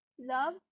love